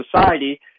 society